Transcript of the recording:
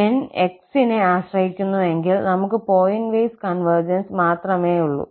𝑁 x നെ ആശ്രയിക്കുന്നുവെങ്കിൽ നമുക്ക് പോയിന്റ് വൈസ് കൺവെർജൻസ് മാത്രമേയുള്ളൂ